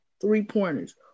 three-pointers